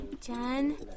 Jen